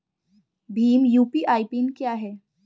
Bhim UPI PIN क्या है?